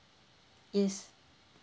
yes